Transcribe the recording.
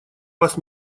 вас